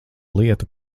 lieta